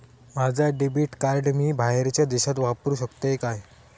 माझा debit card मी बाहेरच्या देशात वापरू शकतय काय?